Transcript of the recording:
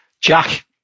Jack